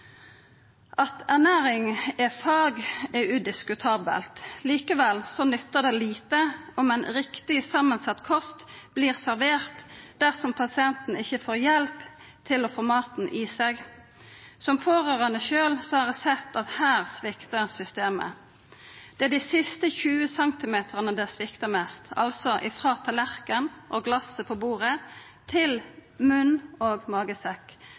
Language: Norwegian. er fag, er udiskutabelt. Likevel nyttar det lite om ein riktig samansett kost vert servert, dersom pasienten ikkje får hjelp til å få i seg maten. Som pårørande har eg sjølv sett at her sviktar systemet. Det er i dei siste 20 cm det sviktar mest, altså frå tallerken og glas på bordet til munn og magesekk.